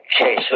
Okay